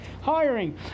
hiring